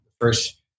first